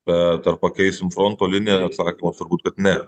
bet ar pakeisim fronto liniją atsakymas turbūt kad ne